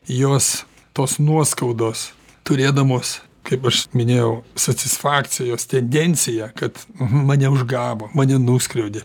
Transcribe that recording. jos tos nuoskaudos turėdamos kaip aš minėjau satisfakcijos tendenciją kad mane užgavo mane nuskriaudė